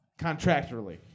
contractually